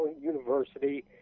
University